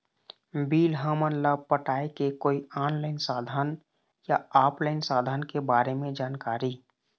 Bill हमन ला पटाए के कोई ऑनलाइन साधन या ऑफलाइन साधन के बारे मे जानकारी?